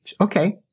Okay